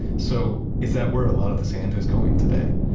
so is that where a lot of the sand is going today?